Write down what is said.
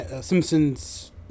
Simpsons